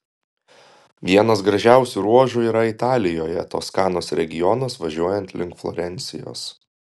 vienas gražiausių ruožų yra italijoje toskanos regionas važiuojant link florencijos